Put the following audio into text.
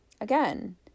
Again